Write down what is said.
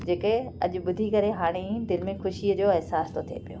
जेके अॼु ॿुधी करे हाणे ई दिलि में ख़ुशीअ जो अहिसासु थो थिए पियो